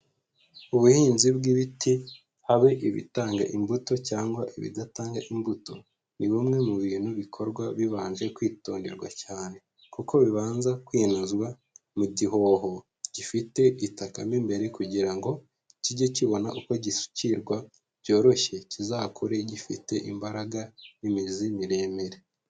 Ubuhinzi bw'ibiti, habe ibitanga imbuto cyangwa ibidatanga imbuto, ni bumwe mu bintu bikorwa bibanje kwitonderwa cyane, kuko bibanza kwinazwa mu gihoho gifite itaka mo imbere, kugira ngo kijye kibona uko gisukirwa byoroshye, kizakure gifite imbaraga n'imizi miremire.